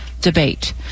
debate